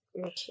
Okay